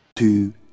two